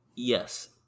Yes